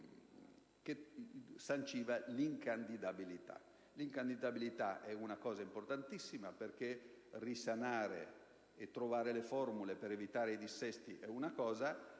L'incandidabilità è una cosa importantissima, perché risanare e trovare le formule per evitare i dissesti è